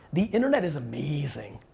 the internet is amazing.